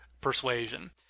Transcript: persuasion